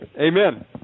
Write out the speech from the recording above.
Amen